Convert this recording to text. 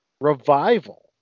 revival